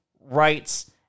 rights